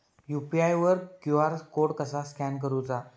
UPI वर QR code कसा scan करूचा?